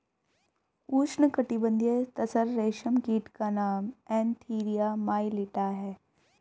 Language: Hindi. उष्णकटिबंधीय तसर रेशम कीट का नाम एन्थीरिया माइलिट्टा है